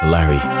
Larry